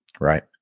Right